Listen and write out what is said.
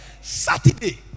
Saturday